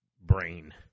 brain